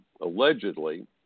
allegedly